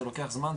זה לוקח זמן,